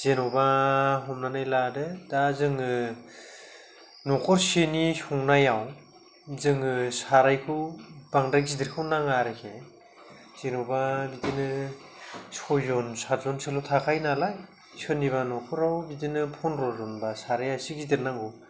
जेन'बा हमनानै लादो दा जोङो न'खरसेनि संनायाव जोङो सारायखौ बांद्राय गिदिरखौ नाङा आरोखि जेनबा बिदिनो सयजन सातजोनसोल' थाखायो नालाय सोरनिबा न'खराव बिदिनो फनद्र'जनबा साराया इसे गिदिर नांगौ